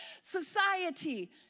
society